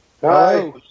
hi